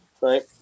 right